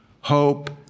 hope